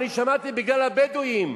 שמעתי בגלל הבדואים,